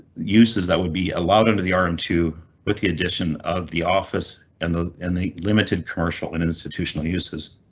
uses that would be allowed under the arm two with the addition of the office and the and the limited commercial and institutional uses.